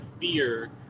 Fear